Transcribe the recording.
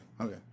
okay